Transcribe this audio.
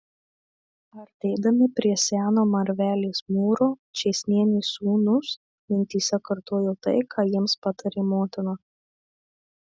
artėdami prie seno marvelės mūro čėsnienės sūnūs mintyse kartojo tai ką jiems patarė motina